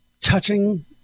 touching